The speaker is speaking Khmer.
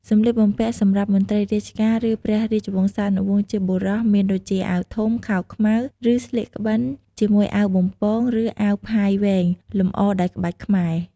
សម្លៀកបំពាក់សម្រាប់មន្រ្តីរាជការ ឬព្រះរាជវង្សានុវង្សជាបុរសមានដូចជា អាវធំ ខោខ្មៅ ឬ ស្លៀកក្បិនជាមួយអាវបំពង់ ឬអាវផាយវែង លម្អដោយក្បាច់ខ្មែរ។